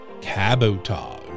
cabotage